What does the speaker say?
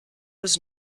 was